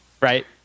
Right